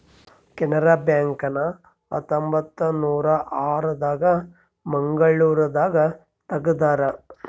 Canara bank ನ ಹತ್ತೊಂಬತ್ತನೂರ ಆರ ದಾಗ ಮಂಗಳೂರು ದಾಗ ತೆಗ್ದಾರ